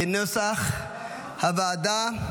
כנוסח הוועדה.